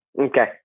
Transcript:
Okay